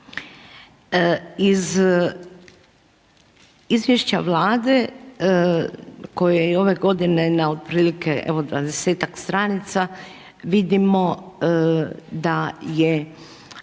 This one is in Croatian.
Iz izvješća vlade, koju je i ove godine, na otprilike, evo, 20-tak stranica, vidimo da je